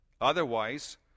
Otherwise